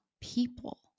people